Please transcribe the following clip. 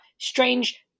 strange